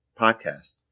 podcast